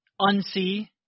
unsee